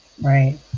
Right